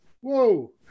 whoa